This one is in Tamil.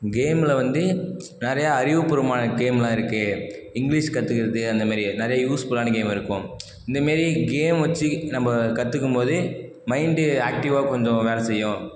கேமில் வந்து நிறைய அறிவுபூர்வமான கேம்லாம் இருக்குது இங்கிலிஷ் கற்றுக்குறதுக்கு அந்தமாரி நிறைய யூஸ்ஃபுல்லான கேம் இருக்கும் இந்தமாரி கேம் வச்சு நம்ப கற்றுக்கும் போது மைண்ட் ஆக்டிவாக கொஞ்சம் வேலை செய்யும்